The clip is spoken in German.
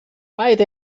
beide